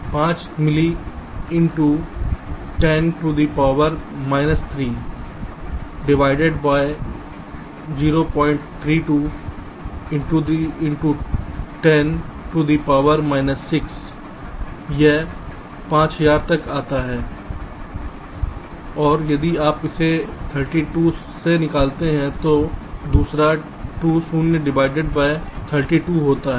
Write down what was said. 5 milli into 10 to the power minus 3 divided by 032 into 10 to the power minus 6 यह 5000 तक आता है और यदि आप इसे 32 से निकालते हैं तो दूसरा 2 शून्य डिवाइडेड बाय 32 होता है